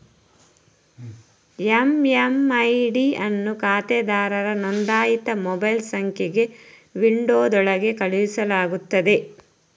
MMID ಅನ್ನು ಖಾತೆದಾರರ ನೋಂದಾಯಿತ ಮೊಬೈಲ್ ಸಂಖ್ಯೆಗೆ ವಿಂಡೋದೊಳಗೆ ಕಳುಹಿಸಲಾಗುತ್ತದೆ